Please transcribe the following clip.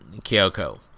Kyoko